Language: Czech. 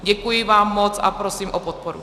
Děkuji vám moc a prosím o podporu.